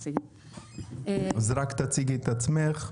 רק תציגי את עצמך.